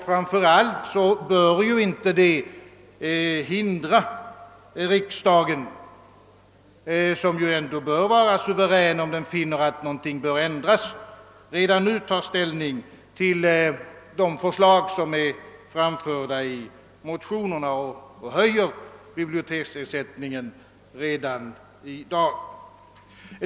Framför allt bör inte utredningen hindra, att riksdagen — som ändå skall vara suverän, om den finner att någonting bör ändras — nu tar ställning till de förslag som är framförda i motionerna och beslutar höja biblioteksersättningen redan i dag.